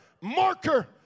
marker